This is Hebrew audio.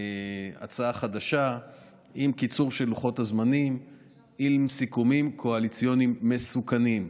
הצעה חדשה עם קיצור של לוחות הזמנים ועם סיכומים קואליציוניים מסוכנים.